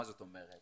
מה זאת אומרת?